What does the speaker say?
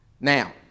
Now